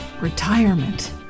Retirement